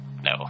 No